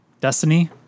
destiny